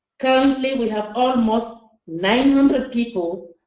currently we have almost nine hundred people